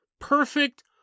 Perfect